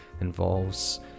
involves